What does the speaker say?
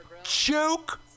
Joke